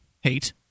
Hate